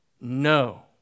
No